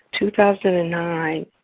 2009